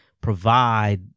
provide